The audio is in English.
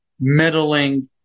meddling